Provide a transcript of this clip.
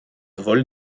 vol